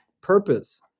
purpose